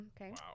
Okay